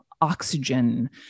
oxygen